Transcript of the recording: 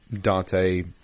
Dante